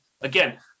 again